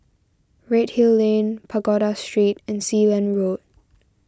Redhill Lane Pagoda Street and Sealand Road